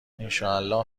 انشااله